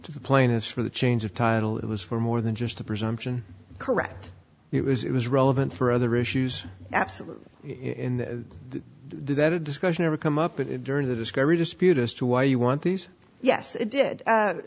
to the plaintiff for the change of title it was for more than just the presumption correct it was it was relevant for other issues absolutely in that a discussion ever come up it during the discovery dispute as to why you want these yes it did